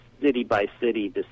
city-by-city